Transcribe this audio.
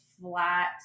flat